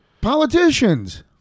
politicians